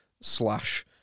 slash